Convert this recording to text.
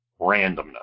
randomness